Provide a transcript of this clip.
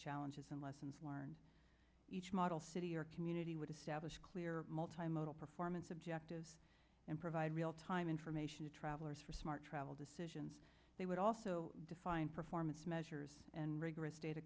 challenges and lessons learned each model city or community would establish clear multi modal performance objectives and provide real time information to travelers for smart travel decisions they would also define performance measures and rigorous data